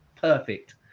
perfect